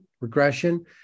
regression